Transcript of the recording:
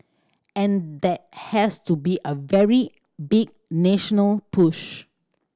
and that has to be a very big national push